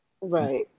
right